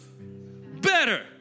better